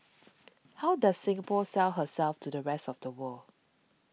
how does Singapore sell herself to the rest of the world